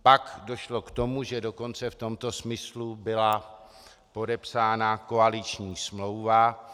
Pak došlo k tomu, že dokonce v tomto smyslu byla podepsána koaliční smlouva.